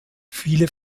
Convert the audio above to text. viele